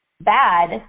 bad